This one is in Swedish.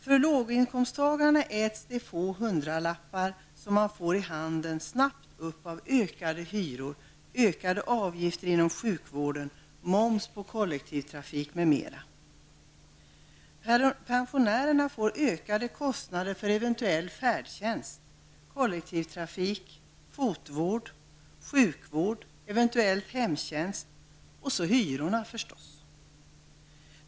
För låginkomsttagarna äts de få hundralappar som de får i handen sabbat upp av ökade hyror, ökade avgifter inom sjukvården, moms på kollektivtrafiken,m.m. Pensionärerna får ökade kostnader för eventuell färdtjänst, kollektivtrafik, fotvård, sjukvård, eventuell hemtjänst -- och hyrorna förstås.